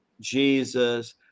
Jesus